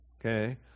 okay